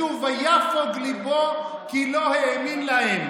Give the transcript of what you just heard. כתוב "ויפג לבו כי לא האמין להם".